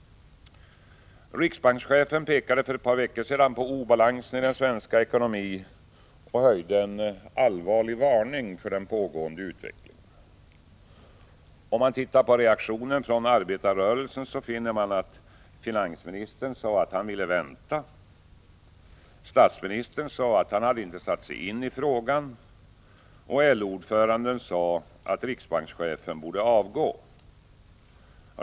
Riksbankschefen pekade för ett par veckor sedan på obalansen i den svenska ekonomin och uttalade en allvarlig varning för den pågående utvecklingen. Om man tittar på reaktionen från arbetarrörelsen så finner man att finansministern sade att han ville vänta, statsministern sade att han inte satt sig in i frågan och LO-ordföranden sade att riksbankschefen borde avgå.